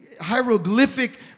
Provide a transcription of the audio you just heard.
hieroglyphic